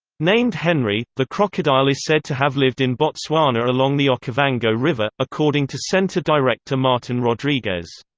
named henry, the crocodile is said to have lived in botswana along the okavango river, according to centre director martin rodrigues.